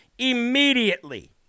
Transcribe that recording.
immediately